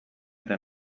eta